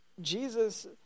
Jesus